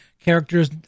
Characters